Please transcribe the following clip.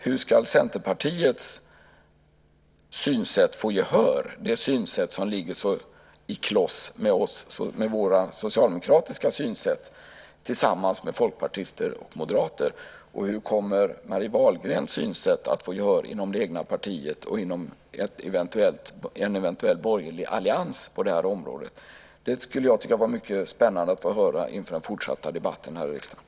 Hur ska Centerpartiet få gehör för sitt synsätt, det synsätt som ligger så kloss inpå våra socialdemokratiska synsätt, tillsammans med folkpartister och moderater? Och hur kommer Marie Wahlgrens synsätt att få gehör inom det egna partiet och i en eventuell borgerlig allians på det här området? Det tycker jag vore mycket spännande att få höra inför den fortsatta debatten här i riksdagen.